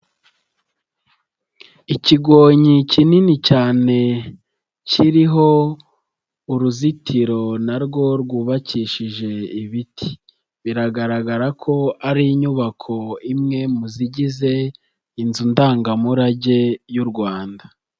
Ikigonyi kinini cyane kiriho uruzitiro na rwo rwubakishije ibiti. Biragaragara ko ari inyubako imwe mu zigize inzu ndangamurage y'u Rwanda.